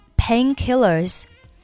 painkillers